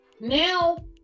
now